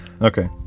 okay